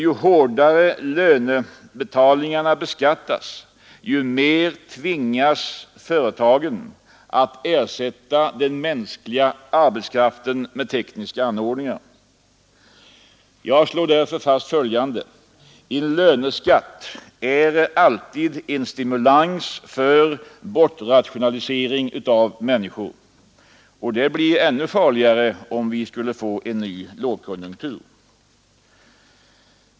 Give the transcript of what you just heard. Ju hårdare lönebetalningarna beskattas, desto mer tvingas företagen att ersätta den mänskliga arbetskraften med tekniska anordningar. Jag slår därför fast följande: En löneskatt är alltid en stimulans till bortrationalisering av människor. Och det blir ännu farligare om vi skulle få en ny lågkonjunktur.